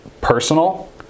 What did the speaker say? personal